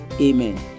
Amen